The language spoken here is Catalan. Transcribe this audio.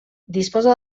disposa